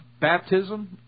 baptism